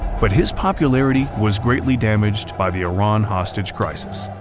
but his popularity was greatly damaged by the iran hostage crisis.